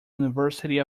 university